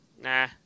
nah